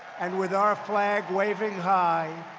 and with our flag waving high,